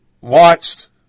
watched